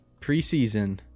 preseason